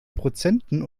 prozenten